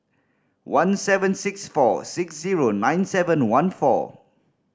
one seven six four six zero nine seven one four